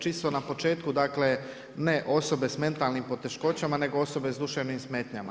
Čisto na početku, dakle ne osobe sa mentalnim poteškoćama nego osobe sa duševnim smetnjama.